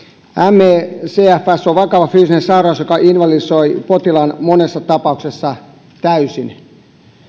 me cfs on vakava fyysinen sairaus joka invalidisoi potilaan monessa tapauksessa täysin